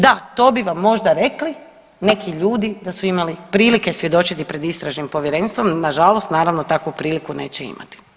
Da to bi vam možda rekli neki ljudi da su imali prilike svjedočiti pred istražnim povjerenstvom, nažalost naravno takvu priliku neće imati.